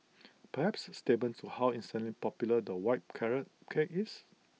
perhaps statement to how insanely popular the white carrot cake is